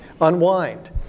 unwind